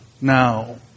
now